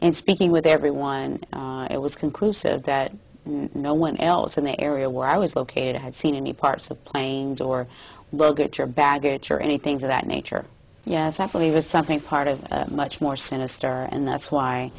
in speaking with everyone it was conclusive that no one else in the area where i was located had seen any parts of planes or well get your baggage or anything of that nature yes actually was something part of much more sinister and that's why